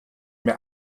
mehr